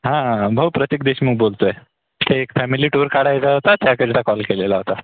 हा हा हा भाऊ प्रतीक देशमुख बोलतोय ते एक फॅमिली टूर काढायचा होता त्याकरिता कॉल केलेला होता